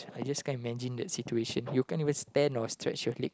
I just can't imagine the situation you can't even stand or stretch your leg